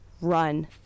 run